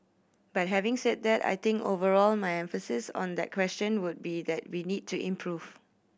but having said that I think overall my emphasis on that question would be that we need to improve